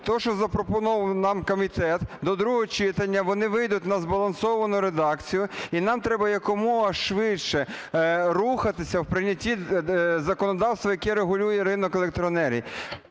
то, що запропонував нам комітет, до другого читання вони вийдуть на збалансовану редакцію і нам треба якомога швидше рухатися в прийнятті законодавства, яке регулює ринок електроенергії.